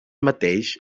mateix